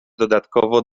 dodatkowo